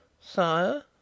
Sire